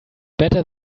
better